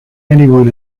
anybody